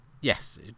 yes